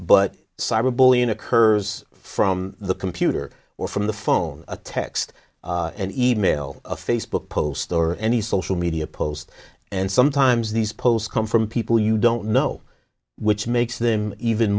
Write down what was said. but cyber bullying occurs from the computer or from the phone a text and email a facebook post or any social media post and sometimes these posts come from people you don't know which makes them even